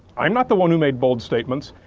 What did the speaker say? i'm not the one who made bold statements.